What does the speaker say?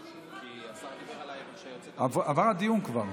השר דיבר עליי, כשהוצאת, עבר הדיון כבר.